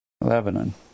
Lebanon